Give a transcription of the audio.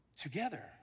together